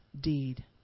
deed